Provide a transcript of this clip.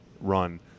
run